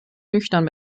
nüchtern